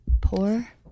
Poor